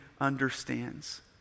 understands